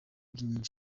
nyinshi